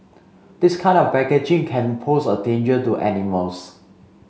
this kind of packaging can pose a danger to animals